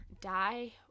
die